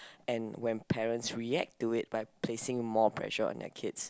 and when parents react to it by placing more pressure on their kids